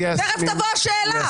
תקשיבי, תיכף תבוא השאלה.